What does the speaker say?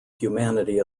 humanity